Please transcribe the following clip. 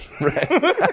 Right